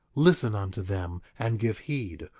listen unto them and give heed,